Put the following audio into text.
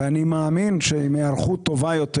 ואני מאמין שעם היערכות טובה יותר,